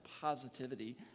positivity